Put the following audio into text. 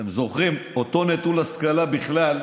אתם זוכרים, אותו נטול השכלה בכלל,